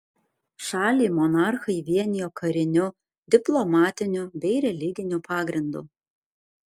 šalį monarchai vienijo kariniu diplomatiniu bei religiniu pagrindu